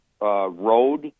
road